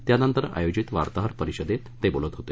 त्यानंतर आयोजित वार्ताहर परिषदेत ते बोलत होते